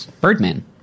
Birdman